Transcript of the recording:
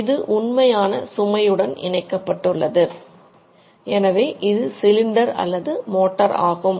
இது உண்மையான சுமையுடன் இணைக்கப்பட்டுள்ளது எனவே இது சிலிண்டர் அல்லது மோட்டார் ஆகும்